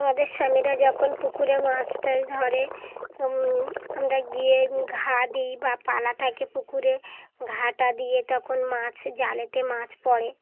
আমাদের স্বামীরা যখন পুকুরে মাছ টাছ ধরে আমরা গিয়ে ঘা দিই বা পানা থাকে পুকুরে ঘা টা দিয়ে তখন মাছ জালেতে মাছ পড়ে